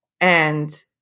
And-